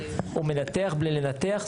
הוא מנתח בלי לנתח?